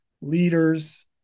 leaders